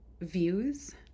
views